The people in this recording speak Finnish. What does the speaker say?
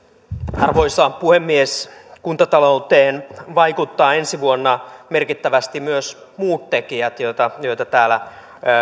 arvoisa puhemies kuntatalouteen vaikuttavat ensi vuonna merkittävästi myös muut tekijät joita joita täällä myös